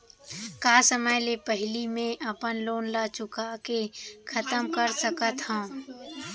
का समय ले पहिली में अपन लोन ला चुका के खतम कर सकत हव?